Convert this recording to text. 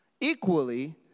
Equally